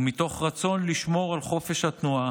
ומתוך רצון לשמור על חופש התנועה